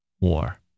war